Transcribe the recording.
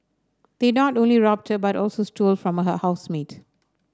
they not only robbed her but also stole from her housemate